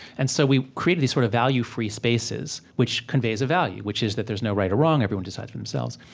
and so we created these sort of value-free spaces, which conveys a value, which is that there's no right or wrong. everyone decides for themselves.